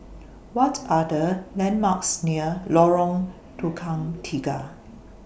What Are The landmarks near Lorong Tukang Tiga